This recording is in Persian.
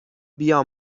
بیا